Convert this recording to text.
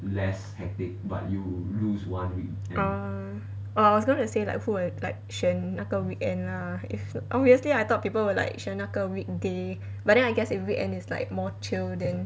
orh orh I was gonna say like who will like 选那个 weekend lah if obviously I thought people will like 选那个 weekday but then I guess if weekend is like more chill then